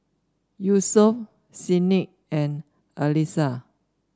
Yusuf Senin and Alyssa